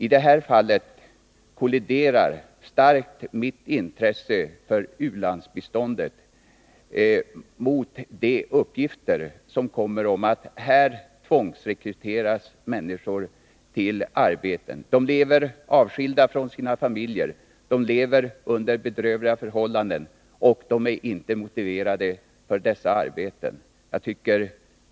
I det här fallet kolliderar mitt intresse för u-landsbiståndet starkt med de uppgifter som kommer om att människor tvångsrekryteras till arbeten, lever avskilda från sina familjer under bedrövliga förhållanden och inte är motiverade för dessa arbeten.